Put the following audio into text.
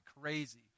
crazy